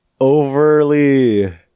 overly